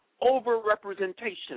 over-representation